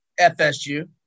fsu